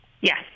Yes